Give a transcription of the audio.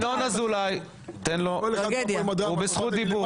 ינון אזולאי, הוא בזכות דיבור.